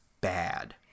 bad